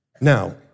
Now